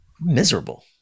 miserable